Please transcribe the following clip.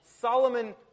Solomon